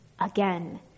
again